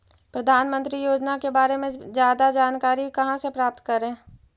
प्रधानमंत्री योजना के बारे में जादा जानकारी कहा से प्राप्त करे?